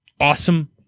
awesome